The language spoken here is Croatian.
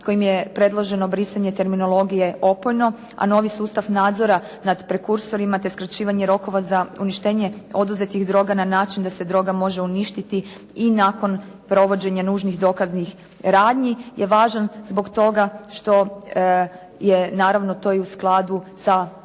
kojim je predloženo brisanje terminologije opojno, a novi sustav nadzora nad prekursorima te skraćivanje rokova za uništenje oduzetih droga na način da se droga može uništiti i nakon provođenja nužnih dokaznih radnji je važan zbog toga što je naravno to i u skladu sa propisanim